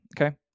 okay